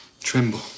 Tremble